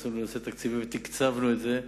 התייחסנו בתקציבים ותקצבנו את זה.